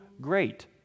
great